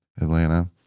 Atlanta